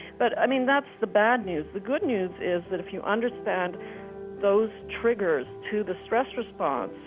but, i mean, that's the bad news. the good news is that, if you understand those triggers to the stress response,